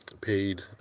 paid